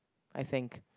I think